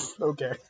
Okay